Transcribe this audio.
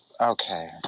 okay